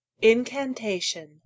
incantation